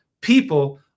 people